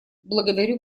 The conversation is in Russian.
благодарю